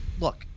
look